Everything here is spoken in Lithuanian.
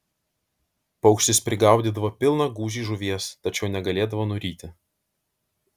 paukštis prigaudydavo pilną gūžį žuvies tačiau negalėdavo nuryti